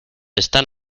están